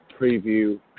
preview